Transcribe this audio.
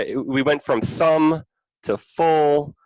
ah we went from some to full,